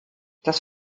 das